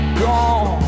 gone